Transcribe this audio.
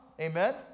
Amen